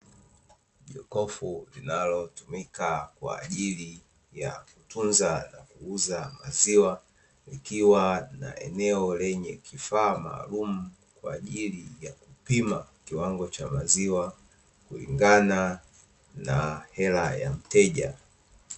Jokofu linalotumika kwa ajili ya kutunza na kuuza maziwa, likiwa na eneo lenye kifaa maalumu kwa ajili ya kupima kiwango cha maziwa kulingana na hela ya mteja.